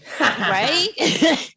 right